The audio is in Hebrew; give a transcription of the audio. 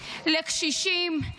לקשישים,